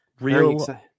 Real